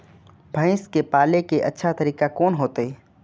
भैंस के पाले के अच्छा तरीका कोन होते?